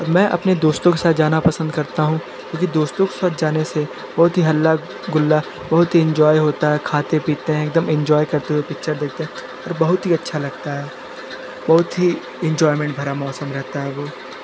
मैं अपने दोस्तों के साथ जाना पसंद करता हूँ क्योंकि दोस्तों के साथ जाने से बहुत ही हल्ला गुल्ला बहुत ही इन्जॉय होता है खाते पीते है एक दम इन्जॉय करते हुए पिक्चर देखते है और बहुत ही अच्छा लगता है बहुत ही इन्जॉइमेन्ट भरा मौसम रहता है वो